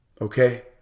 okay